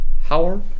Howard